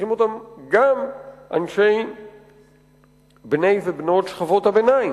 צריכים אותם גם בני ובנות שכבות הביניים.